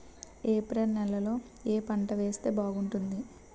April నెలలో ఏ పంట వేస్తే బాగుంటుంది?